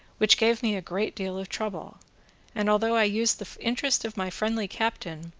which gave me a great deal of trouble and, although i used the interest of my friendly captain,